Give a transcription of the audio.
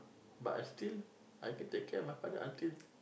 but I still I can take care of father until